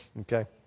okay